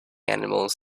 animals